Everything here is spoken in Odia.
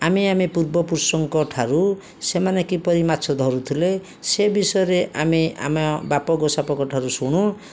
ଆମେ ଆମେ ପୂର୍ବ ପୁରୁଷଙ୍କଠାରୁ ସେମାନେ କିପରି ମାଛ ଧରୁଥିଲେ ସେ ବିଷୟରେ ଆମେ ଆମ ବାପ ଗୋସାଇଁ ବାପଙ୍କ ଠାରୁ ଶୁଣୁ